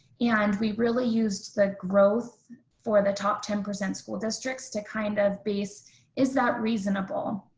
and we really used the growth for the top ten percent school districts to kind of base is that reasonable?